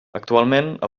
actualment